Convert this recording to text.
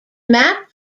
map